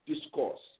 discourse